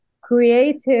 creative